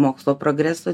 mokslo progreso